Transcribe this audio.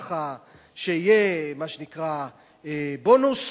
שיהיה מה שנקרא "בונוס".